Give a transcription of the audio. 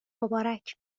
مبارک